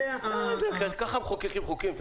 ככה מחוקקים חוקים?